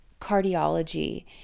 cardiology